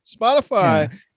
Spotify